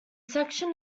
section